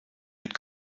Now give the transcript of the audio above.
had